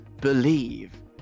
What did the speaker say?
Believe